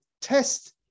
test